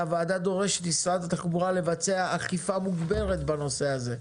הוועדה דורשת ממשרד התחבורה לבצע אכיפה מוגברת בנושא הזה.